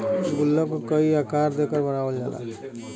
गुल्लक क कई आकार देकर बनावल जाला